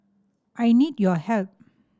I need your help